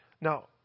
Now